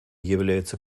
являются